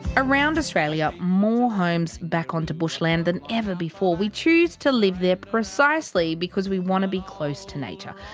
around australia, more homes back on to bushland than ever before. we choose to live there precisely because we want to be close to nature.